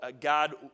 God